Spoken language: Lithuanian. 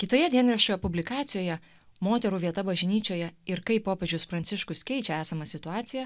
kitoje dienraščio publikacijoje moterų vieta bažnyčioje ir kaip popiežius pranciškus keičia esamą situaciją